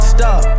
Stop